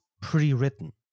pre-written